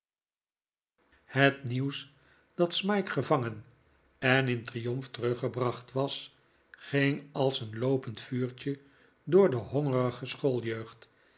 het nieuws dat smike gevangen en in triomf teruggebfacht was ging als een loopend vuurtje door de